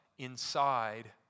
inside